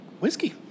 Whiskey